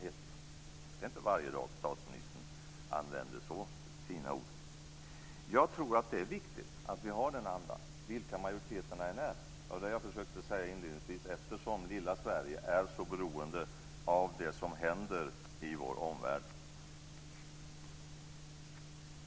Det är inte varje dag som statsministern använder så fina ord. Jag tror att det är viktigt att ha den andan, vilka majoriteterna än är. Det var det jag försökte säga inledningsvis, eftersom lilla Sverige är så beroende av det som händer i vår omvärld.